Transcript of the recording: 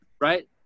right